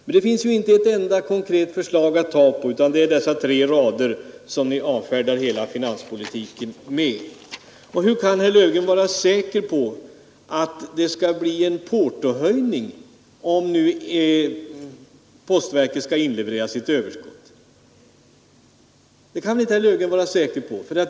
Men det finns ju inte ett enda konkret förslag att ta på mer än dessa tre rader som ni avfärdar hela finanspolitiken med. Och hur kan herr Löfgren vara säker på att det skall bli en portohöjning, om nu postverket skall inleverera sitt överskott till statsverket?